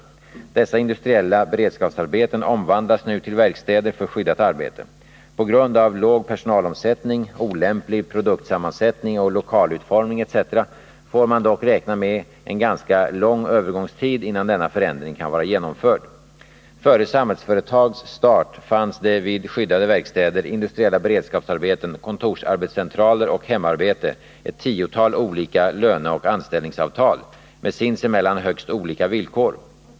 Dessa industriella beredskapsarbeten omvandlas nu till verkstäder för skyddat arbete. På grund av låg personalomsättning, olämplig produktsammansättning och lokalutformning etc. får man dock räkna med en ganska lång övergångstid innan denna förändring kan vara genomförd. Före Samhällsföretags start fanns det vid skyddade verkstäder, industriella beredskapsarbeten, kontorsarbetscentraler och hemarbete ett tiotal olika löneoch anställningsavtal med sinsemellan högst olika villkor.